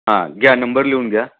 हां घ्या नंबर लिहून घ्या